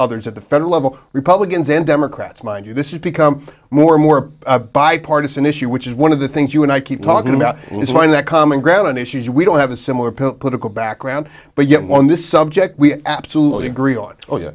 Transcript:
others at the federal level republicans and democrats mind you this has become more and more bipartisan issue which is one of the things you and i keep talking about and it's mind that common ground on issues we don't have a similar political background but yet one this subject we absolutely agree on oh yeah